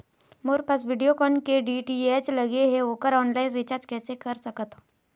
मोर पास वीडियोकॉन के डी.टी.एच लगे हे, ओकर ऑनलाइन रिचार्ज कैसे कर सकत होथे?